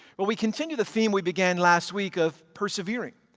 well we continue the theme we began last week of persevering,